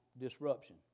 disruption